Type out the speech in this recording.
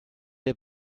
der